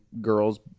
girls